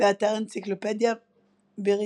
באתר אנציקלופדיה בריטניקה